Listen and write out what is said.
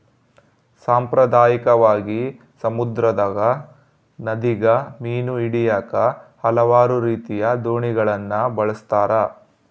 ಸಾಂಪ್ರದಾಯಿಕವಾಗಿ, ಸಮುದ್ರದಗ, ನದಿಗ ಮೀನು ಹಿಡಿಯಾಕ ಹಲವಾರು ರೀತಿಯ ದೋಣಿಗಳನ್ನ ಬಳಸ್ತಾರ